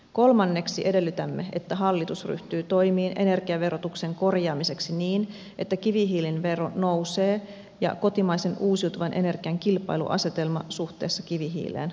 kolmanneksi edellytämme että hallitus ryhtyy toimiin energiaverotuksen korjaamiseksi niin että kivihiilen vero nousee ja kotimaisen uusiutuvan energian kilpailuasetelma suhteessa kivihiileen vahvistuu